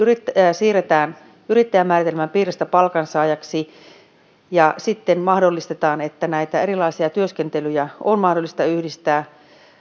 siirretään yrittäjämääritelmän piiristä palkansaajaksi ja sitten mahdollistetaan että näitä erilaisia työskentelyjä on mahdollista yhdistää